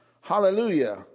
Hallelujah